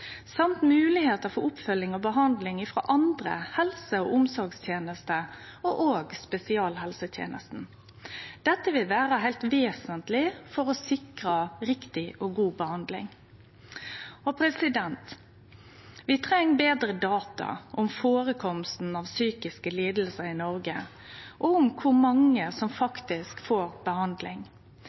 for oppfølging og behandling frå andre helse- og omsorgstenester, òg spesialisthelsetenesta. Dette vil vere heilt vesentleg for å sikre riktig og god behandling. Vi treng betre data om førekomsten av psykiske lidingar i Noreg og om kor mange som faktisk får behandling.